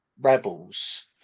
rebels